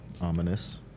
ominous